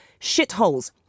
shitholes